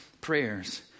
prayers